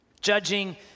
Judging